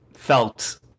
felt